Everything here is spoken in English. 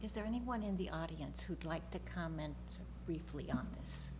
is there anyone in the audience who'd like to comment briefly on this